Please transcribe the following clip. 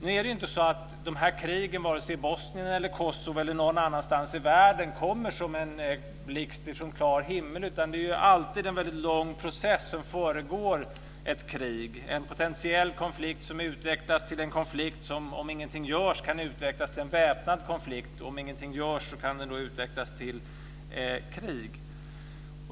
Nu är det dock så att de här krigen - i Bosnien, Kosovo eller någon annanstans i världen - inte kommer som en blixt från klar himmel, utan det är alltid en väldigt lång process som föregår ett krig. Det kan vara fråga om en potentiell konflikt som utvecklas till en konflikt som, om ingenting görs, kan utvecklas till en väpnad konflikt som, om ingenting görs, kan utvecklas till krig.